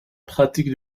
pratique